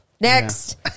Next